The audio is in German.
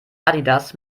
adidas